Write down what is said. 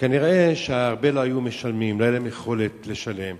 וכנראה הרבה לא היו משלמים, לא היתה יכולת לשלם,